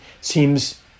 seems